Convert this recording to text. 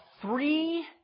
three